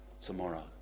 tomorrow